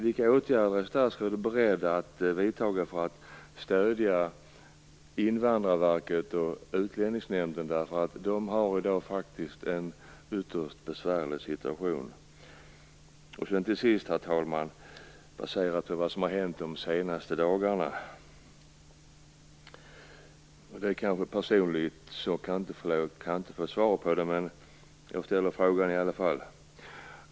Vilka åtgärder är statsrådet beredd att vidta för att stödja Invandrarverket och Utlänningsnämnden? De har faktiskt i dag en ytterst besvärlig situation. Herr talman! Till sist vill jag ställa en fråga baserat på vad som har hänt de senaste dagarna. Det är kanske personligt. Jag kanske inte får svar på den, men jag ställer frågan i alla fall.